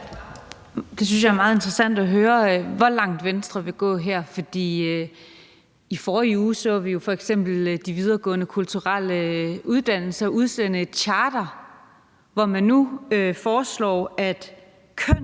Jeg synes, det er meget interessant at høre, hvor langt Venstre vil gå her, for i forrige uge så vi jo f.eks. de videregående kulturelle uddannelser udsende et charter, hvor man nu foreslår, at der